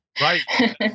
Right